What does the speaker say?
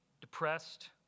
Depressed